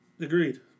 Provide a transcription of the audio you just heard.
Agreed